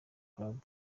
club